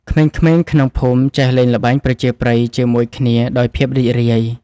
ក្មេងៗក្នុងភូមិចេះលេងល្បែងប្រជាប្រិយជាមួយគ្នាដោយភាពរីករាយ។